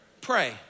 pray